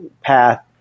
path